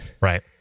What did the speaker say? Right